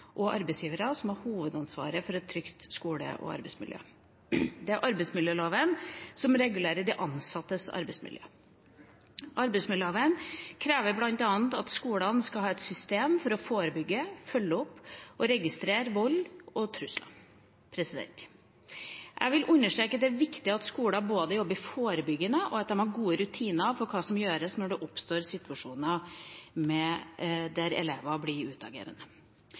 og arbeidsgivere som har hovedansvaret for et trygt skole- og arbeidsmiljø. Det er arbeidsmiljøloven som regulerer de ansattes arbeidsmiljø. Arbeidsmiljøloven krever bl.a. at skolene skal ha et system for å forebygge, følge opp og registrere vold og trusler. Jeg vil understreke at det er viktig at skolene både jobber forebyggende og har gode rutiner for hva som skal gjøres når det oppstår situasjoner der elever blir utagerende.